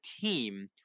team